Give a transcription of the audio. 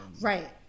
right